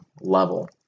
level